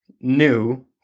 new